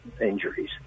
injuries